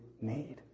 need